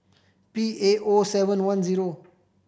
P A O seven one zero